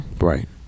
right